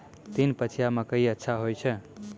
तीन पछिया मकई अच्छा होय छै?